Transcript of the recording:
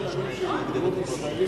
גם צלמים של עיתונות ישראלית.